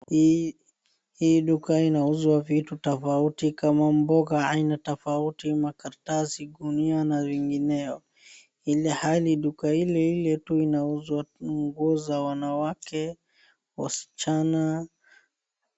Hii, hii duka inauzwa vitu tofauti kama mboga aina tofauti, makaratasi, gunia na vingineyo. Ilhali duka ile ile tu inauzwa nguo za wanawake, wasichana...